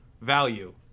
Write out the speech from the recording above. value